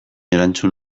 erantzun